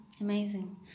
amazing